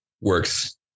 works